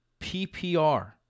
PPR